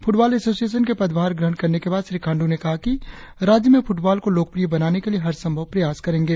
football association के पदभार संभालने के बाद श्री खाण्डू ने कहा कि राज्य में फुटबॉल को लोकप्रिय बनाने के लिए हरसंभव प्रयास करेंगे